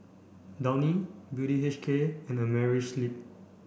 Downy Beauty U K and Amerisleep